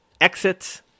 exit